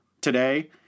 today